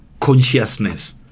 consciousness